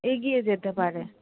এগিয়ে যেতে পারে